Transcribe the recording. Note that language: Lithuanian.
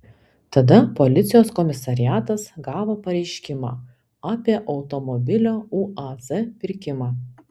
tada policijos komisariatas gavo pareiškimą apie automobilio uaz pirkimą